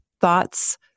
thoughts